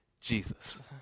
Jesus